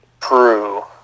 True